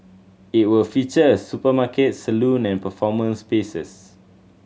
it will feature a supermarket salon and performance spaces